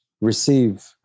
receive